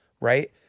right